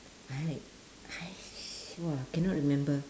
I I !wah! cannot remember